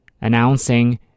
announcing